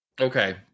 Okay